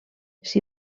s’hi